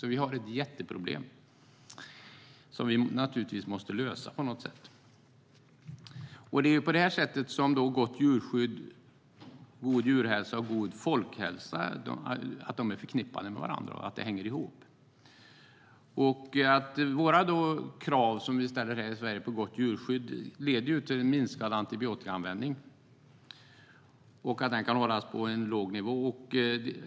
Vi har alltså ett jätteproblem som vi måste lösa på något sätt. På det sättet är ett gott djurskydd, god djurhälsa och god folkhälsa förknippade med varandra. De hänger ihop. De krav vi i Sverige ställer på gott djurskydd leder till minskad antibiotikaanvändning, till att den kan hållas på en låg nivå.